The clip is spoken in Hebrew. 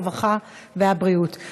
הרווחה והבריאות נתקבלה.